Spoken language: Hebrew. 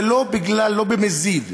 ולא במזיד,